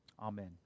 Amen